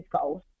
goals